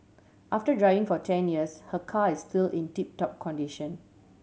after driving for ten years her car is still in tip top condition